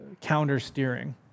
counter-steering